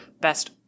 best